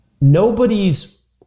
nobody's